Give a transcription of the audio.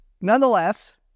Nonetheless